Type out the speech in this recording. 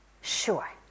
Sure